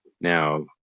Now